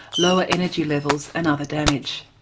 lower energy levels and other damage.